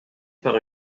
par